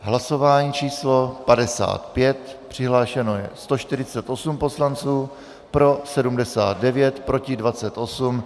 Hlasování číslo 55, přihlášeno je 148 poslanců, pro 79, proti 28.